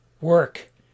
work